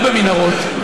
לא במנהרות,